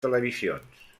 televisions